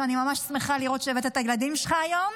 ואני ממש שמחה לראות שהבאת את הילדים שלך היום,